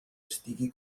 estigui